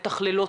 מתכללות,